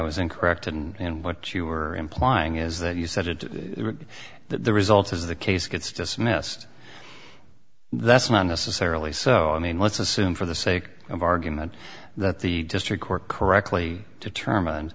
was incorrect and what you were implying is that you said it that the result is the case gets dismissed that's not necessarily so i mean let's assume for the sake of argument that the district court correctly determined